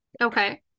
Okay